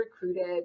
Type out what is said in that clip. recruited